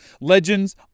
legends